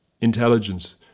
intelligence